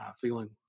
feeling